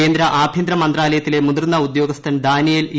കേന്ദ്ര ആഭ്യന്തര മന്ത്രാലയത്തിലെ മുതിർന്ന ഉദ്യോഗസ്ഥൻ ദാനിയേൽ ഇ